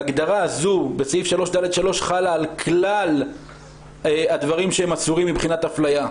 ההגדרה הזו בסעיף 3/ד/3 חלה על כלל הדברים שהם אסורים מבחינת אפליה,